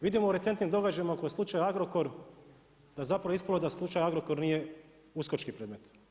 Vidimo u recentnim događajima oko slučaja Agrokor da zapravo je ispalo da slučaj Agrokor nije uskočki predmeti.